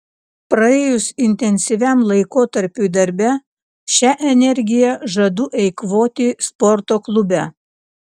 praėjus intensyviam laikotarpiui darbe šią energiją žadu eikvoti sporto klube